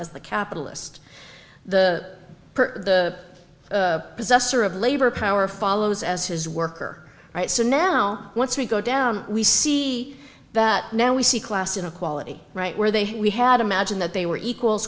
as the capitalist the the possessor of labor power follows as his worker right so now once we go down we see that now we see class inequality right where they we had imagined that they were equals